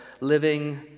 living